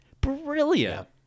brilliant